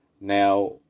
now